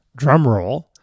drumroll